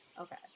Okay